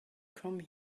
come